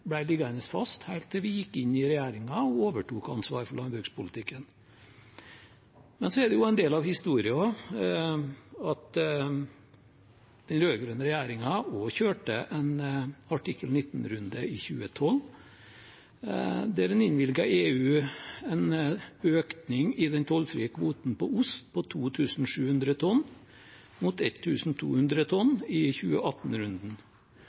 ble liggende fast helt til vi gikk inn i regjeringen og overtok ansvaret for landbrukspolitikken. Men en del av historien er jo at den rød-grønne regjeringen også kjørte en artikkel 19-runde i 2012, der en innvilget EU en økning i den tollfrie kvoten på ost på 2 700 tonn mot 1 200 tonn